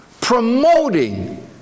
Promoting